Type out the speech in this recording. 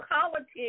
politics